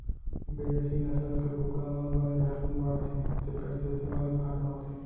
बिदेसी नसल के कुकरा मन बने झटकुन बाढ़थें तेकर सेती बने फायदा होथे